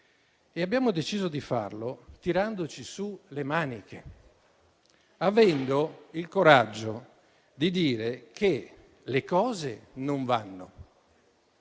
abbiamo deciso di farlo, tirandoci su le maniche, avendo il coraggio di dire che le cose non vanno